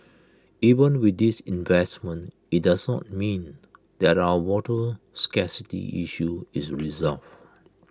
even with these investments IT does not mean that our water scarcity issue is resolved